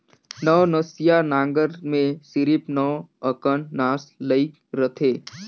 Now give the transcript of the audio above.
नवनसिया नांगर मे सिरिप नव अकन नास लइग रहथे